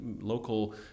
local